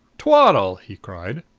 twaddle! he cried.